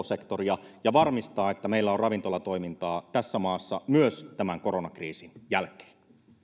sektoria ja varmistaa että meillä on ravintolatoimintaa tässä maassa myös tämän koronakriisin jälkeen